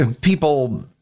People